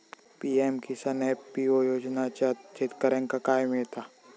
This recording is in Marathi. पी.एम किसान एफ.पी.ओ योजनाच्यात शेतकऱ्यांका काय मिळता?